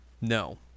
No